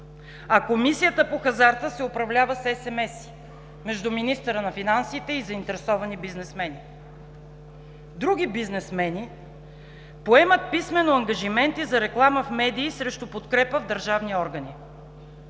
а Комисията по хазарта се управлява с SMS-и между министъра на финансите и заинтересовани бизнесмени. Други бизнесмени поемат писмено ангажименти за реклама в медии срещу подкрепа в държавни органи.